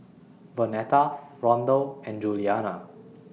Vonetta Rondal and Julianna